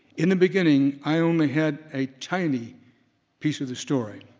in the beginning, i only had a tiny piece of the story.